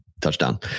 touchdown